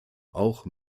auch